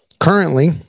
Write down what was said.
Currently